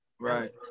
right